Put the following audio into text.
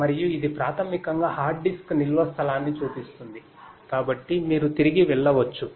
మరియు ఇది ప్రాథమికంగా హార్డ్ డిస్క్ నిల్వ స్థలాన్ని చూపిస్తుంది కాబట్టి మీరు తిరిగి వెళ్ళవచ్చు